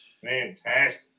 Fantastic